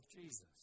Jesus